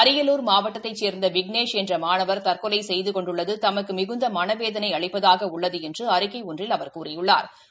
அரியலூர் மாவட்டத்தைச் சேந்த விக்ளேஷ் என்ற மாணவர் தற்கொலை செய்து கொண்டுள்ளது தமக்கு மிகுந்த மன வேதனைய அளிப்பதாக உள்ளது என்று அறிக்கை ஒன்றில் அவா் கூறியுள்ளாா்